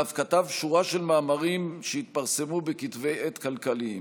ואף כתב שורה של מאמרים שהתפרסמו בכתבי עת כלכליים.